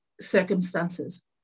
circumstances